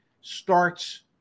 starts